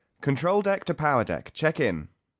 control deck to power deck. check in!